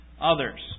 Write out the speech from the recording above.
others